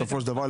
בסופו של דבר,